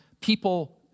people